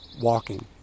walking